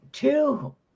Two